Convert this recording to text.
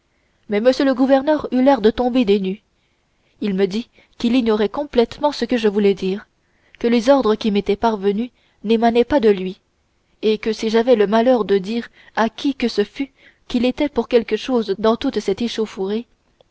mais m le gouverneur eut l'air de tomber des nues il me dit qu'il ignorait complètement ce que je voulais dire que les ordres qui m'étaient parvenus n'émanaient pas de lui et que si j'avais le malheur de dire à qui que ce fût qu'il était pour quelque chose dans toute cette échauffourée